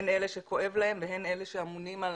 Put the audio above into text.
הן אלה שכואב להם והן אלה שאמונים על